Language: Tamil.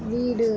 வீடு